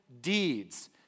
deeds